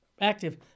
active